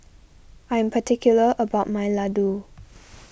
I'm particular about my Ladoo